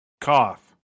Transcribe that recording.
cough